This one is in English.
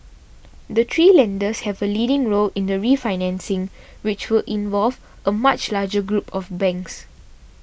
the three lenders have a leading role in the refinancing which will involve a much larger group of banks